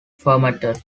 fermented